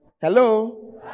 hello